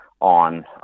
on